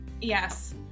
Yes